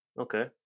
Okay